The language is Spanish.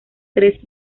tres